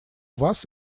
вас